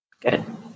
Good